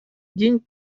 день